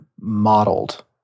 modeled